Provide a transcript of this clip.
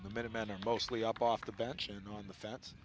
are mostly up off the bench and on the fence